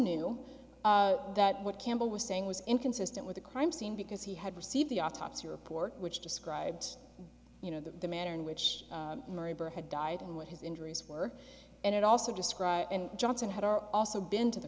knew that what campbell was saying was inconsistent with the crime scene because he had received the autopsy report which described you know the manner in which murray berhad died and what his injuries were and it also described and johnson had are also been to the